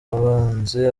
abanzi